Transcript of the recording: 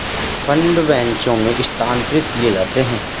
fund बैचों में स्थानांतरित किए जाते हैं